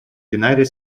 united